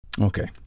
Okay